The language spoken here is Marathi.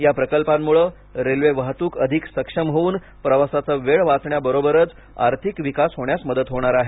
या प्रकल्पांमुळे रेल्वे वाहतूक अधिक सक्षम होवून प्रवासाचा वेळ वाचण्याबरोबरच आर्थिक विकास होण्यास मदत होणार आहे